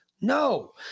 No